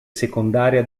secondaria